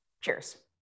Cheers